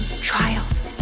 trials